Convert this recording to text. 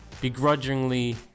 begrudgingly